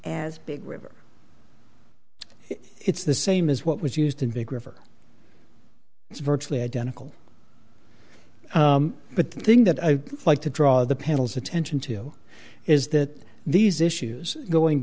as big river it's the same as what was used in big river it's virtually identical but the thing that i'd like to draw the panel's attention to is that these issues going